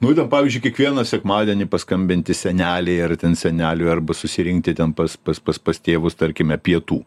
nu pavyzdžiui kiekvieną sekmadienį paskambinti senelei ar ten seneliui arba susirinkti ten pas pas pas pas tėvus tarkime pietų